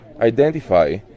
identify